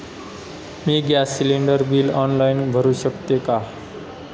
मी gas cylinder bill online भरु शकते का?